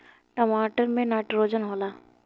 टमाटर मे नाइट्रोजन होला?